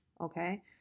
Okay